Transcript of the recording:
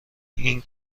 این